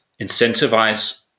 incentivize